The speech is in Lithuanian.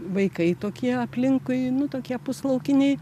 vaikai tokie aplinkui nu tokie puslaukiniai